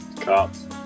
Cops